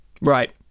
Right